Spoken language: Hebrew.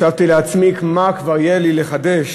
חשבתי לעצמי: מה כבר יהיה לי לחדש